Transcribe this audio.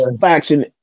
faction